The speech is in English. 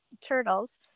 turtles